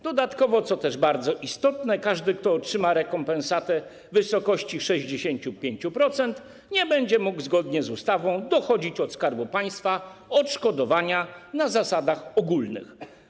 Dodatkowo, co też jest bardzo istotne, każdy, kto otrzyma rekompensatę w wysokości 65%, nie będzie mógł zgodnie z ustawą dochodzić od Skarbu Państwa odszkodowania na zasadach ogólnych.